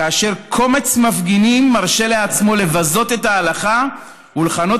כאשר קומץ מפגינים מרשה לעצמו לבזות את ההלכה ולכנות